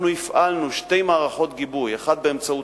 אנחנו הפעלנו שתי מערכות גיבוי: האחת באמצעות